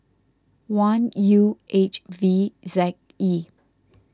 one U H V Z E